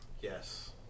yes